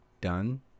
done